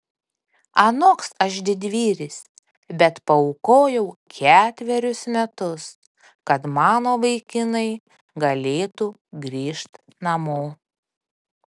anoks aš didvyris bet paaukojau ketverius metus kad mano vaikinai galėtų grįžt namo